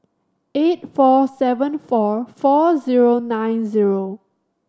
eight four seven four four zero nine zero